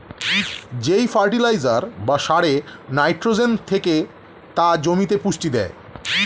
যেই ফার্টিলাইজার বা সারে নাইট্রোজেন থেকে তা জমিতে পুষ্টি দেয়